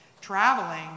traveling